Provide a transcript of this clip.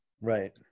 Right